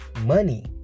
money